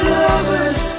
lovers